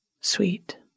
sweet